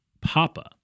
Papa